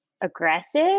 aggressive